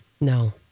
No